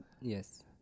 Yes